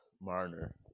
Marner